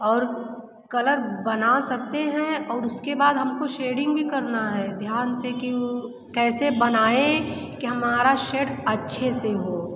और कलर बना सकते हैं और उसके बाद हम को शेडिंग भी करना है ध्यान से कि वो कैसे बनाए कि हमारा शेड अच्छे से हो